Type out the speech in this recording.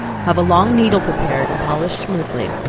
have a long needle prepared and polished smoothly,